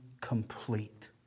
complete